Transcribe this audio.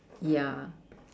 ya